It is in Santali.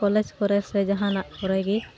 ᱠᱚᱞᱮᱡᱽ ᱠᱚ